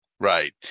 Right